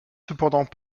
cependant